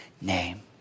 name